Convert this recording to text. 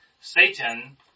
Satan